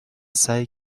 سعی